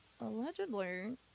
allegedly